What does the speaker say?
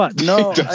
No